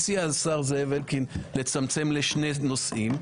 הציע השר זאב אלקין לצמצם לשני נושאים.